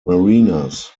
marinas